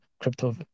crypto